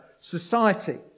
society